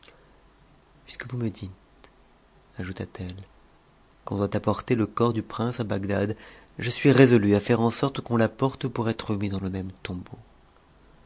puisque vous me dites ajouta-t-elle qu'on doit apporter le corps du prince à gdad je suis résolue de faire en sorte qu'on l'apporte pour être mis ans le même tombeau